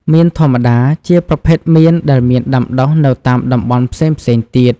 មៀនធម្មតា ជាប្រភេទមៀនដែលមានដាំដុះនៅតាមតំបន់ផ្សេងៗទៀត។